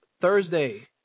Thursday